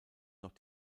noch